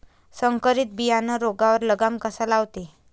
संकरीत बियानं रोगावर लगाम कसा लावते?